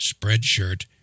spreadshirt